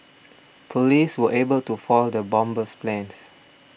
police were able to foil the bomber's plans